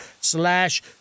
slash